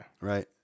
Right